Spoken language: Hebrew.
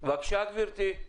בבקשה, גברתי.